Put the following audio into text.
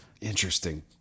Interesting